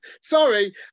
Sorry